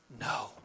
no